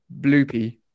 bloopy